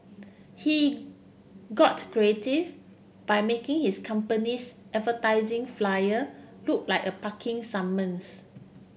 he got creative by making his company's advertising flyer look like a parking summons